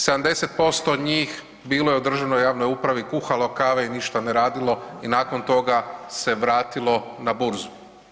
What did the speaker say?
70% njih bilo je u državnoj, javnoj upravi kuhalo kave i ništa ne radilo i nakon toga se vratilo na burzu.